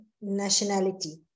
nationality